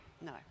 no